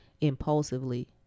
impulsively